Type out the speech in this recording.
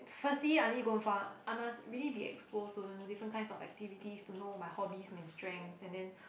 firstly I need to go find I must really be explored to different kinds of activities to know my hobbies my strength and then